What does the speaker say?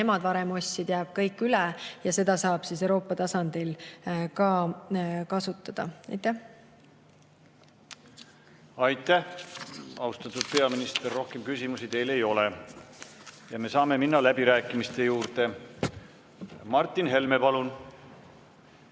riigid varem ostsid, jääb kõik üle ja seda saab siis Euroopas kasutada. Aitäh, austatud peaminister! Rohkem küsimusi teile ei ole. Ja me saame minna läbirääkimiste juurde. Martin Helme, palun!